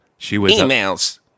emails